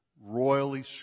royally